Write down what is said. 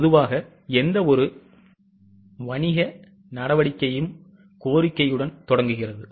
பொதுவாக எந்தவொரு வணிக நடவடிக்கையும் கோரிக்கையுடன் தொடங்குகிறது